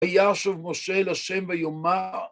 וישוב משה לשם ויאמר